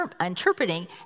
interpreting